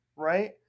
Right